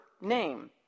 name